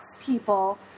people